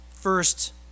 first